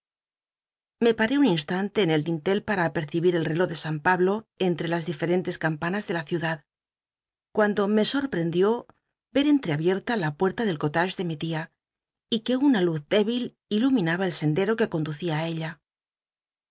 lile paré un instante en el dintel para apercibir el rcló de san pablo entre las diferentes campanas de la ciudad cuando me sorprendió yer cnll'eabicrla la puerta del collage de mi tia y que una luz débil iluminaba el sendero que conducía i ella